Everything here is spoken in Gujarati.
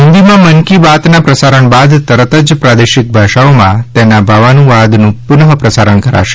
હિંદીમાં મન કી બાતના પ્રસારણ બાદ તરત જ પ્રાદેશિક ભાષાઓમાં તેના ભાવાનુવાદનું પુનઃપ્રસારણ કરાશે